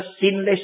sinless